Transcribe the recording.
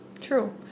True